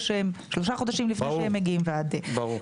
שלושה חודשים לפני שהם מגיעים ועד --- ברור.